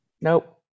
Nope